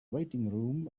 waiting